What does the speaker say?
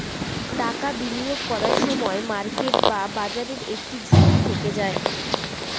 টাকা বিনিয়োগ করার সময় মার্কেট বা বাজারের একটা ঝুঁকি থেকে যায়